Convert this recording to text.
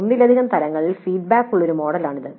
ഒന്നിലധികം തലങ്ങളിൽ ഫീഡ്ബാക്കുകളുള്ള ഒരു മോഡലാണിത്